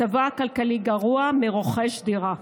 מצבו הכלכלי גרוע משל רוכש דירה,